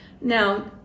Now